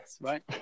right